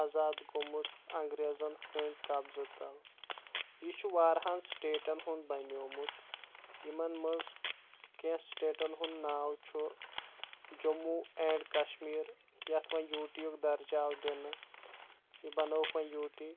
آزاد گومُت انگریزن ہند قبضہٕ تفل یہٕ چھُ وارہن سٹیٹن ہُند بنیومُت یمن منٛز کیٚنٛہہ سٹیٹن ہنُد نٲو چھُ جموں اینڈ کشمیر یتھ وۄنۍ یوٹی یُک درجہٕ آو دِنہٕ یہِ بنٲوکھ ونۍ یوُ ٹی